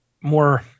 more